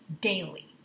daily